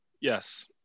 Yes